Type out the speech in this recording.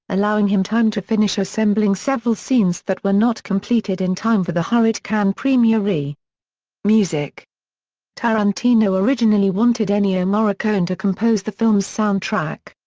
allowing him time to finish assembling several scenes that were not completed in time for the hurried cannes premiere. music tarantino originally wanted ennio morricone to compose the film's soundtrack.